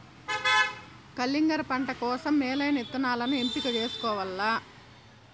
కలింగర పంట కోసం మేలైన ఇత్తనాలను ఎంపిక చేసుకోవల్ల